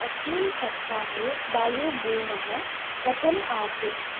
अस्मिन् सप्ताहे वायुगुणः कथम् आसीत्